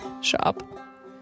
shop